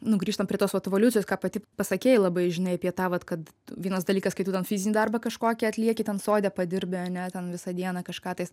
nu grįžtant prie tos vat evoliucijos ką pati pasakei labai žinai apie tą vat kad vienas dalykas kai tu ten fizinį darbą kažkokį atlieki ten sode padirbi ane ten visą dieną kažką tais